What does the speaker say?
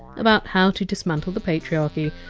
about how to dismantle the patriarchy,